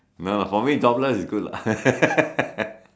no lah for me jobless is good lah